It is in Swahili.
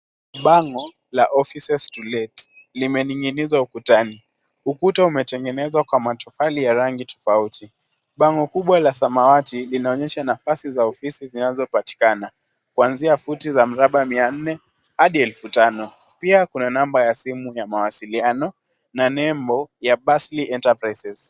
Bango la, offices to let, limening'inizwa ukutani. Ukuta umetengenezwa kwa matofali ya rangi tofauti. Bango kubwa la samawati linaonyesha nafasi za ofisi zinazopatikana kuanzia futi za miraba mia nne hadi elfu tano. Pia kuna namba ya simu ya mawasiliano na nembo ya, pasley enterprises.